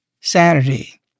Saturday